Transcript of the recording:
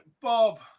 Bob